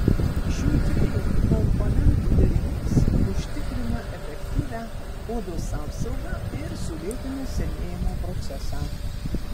šių trijų komponentų derinys užtikrina efektyvią odos apsaugą ir sulėtina senėjimo procesą